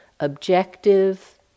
objective